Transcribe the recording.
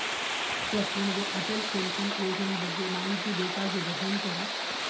Sir ನನಗೆ Atal pension ಯೋಜನೆ ಬಗ್ಗೆ ಮಾಹಿತಿ ಬೇಕಾಗ್ಯದ ಹೇಳ್ತೇರಾ?